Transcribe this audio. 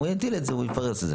הוא יטיל את זה, הוא יפרוס את זה.